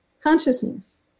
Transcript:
consciousness